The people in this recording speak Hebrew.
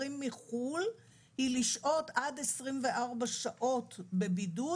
לחוזרים מחו"ל היא לשהות עד 24 שעות בבידוד